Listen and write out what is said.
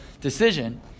decision